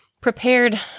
prepared